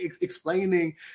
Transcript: explaining